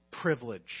privilege